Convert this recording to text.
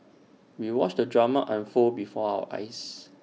we watched the drama unfold before our eyes